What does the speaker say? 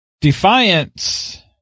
Defiance